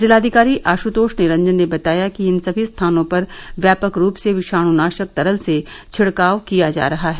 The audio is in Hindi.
जिलाधिकारी आश्तोष निरंजन ने बताया कि इन सभी स्थानों पर व्यापक रूप से विषाणुनाशक तरल से छिड़काव किया जा रहा है